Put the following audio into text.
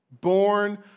born